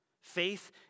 Faith